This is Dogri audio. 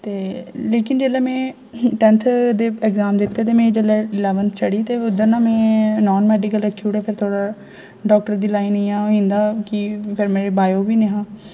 लेकिन जेल्लै में टैंथ दे एग्जाम दित्ते ते मैं जेल्लै इलैवनथ चढ़ी ते ना में नान मेडिकल रक्खी ओड़े फिर थोह्ड़ा डाक्टर दी लाइन दा होई जंदा की कन्नै मेरा बायो नेहा